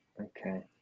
okay